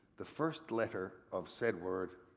the first letter of said word,